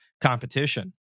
competition